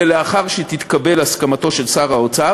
ולאחר שתתקבל הסכמתו של שר האוצר,